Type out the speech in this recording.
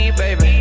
baby